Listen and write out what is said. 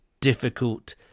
difficult